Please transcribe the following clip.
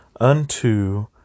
unto